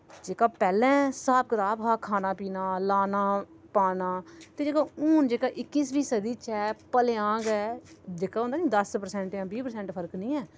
जेह्का पैह्ले स्हाब कताब हा खाना पीना लाना पाना ते हून जेह्का इक्कीसवीं सदी च ऐ भलेआं गै जेह्का होंदा निं दस प्रसैंट जां बीह् प्रसैंट फर्क निं ऐ